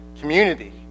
community